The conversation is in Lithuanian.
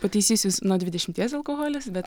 pataisysiu jus nuo dvidešimties alkoholis bet